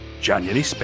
January